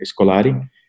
Scolari